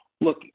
look